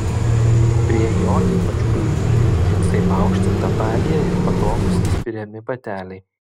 prie jo ypač puikiai tiks džinsai paaukštinta talija ir patogūs įspiriami bateliai